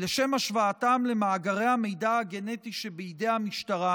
לשם השוואתם למאגרי המידע הגנטי שבידי המשטרה